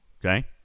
Okay